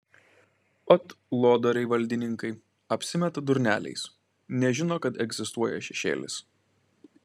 ot lodoriai valdininkai apsimeta durneliais nežino kad egzistuoja šešėlis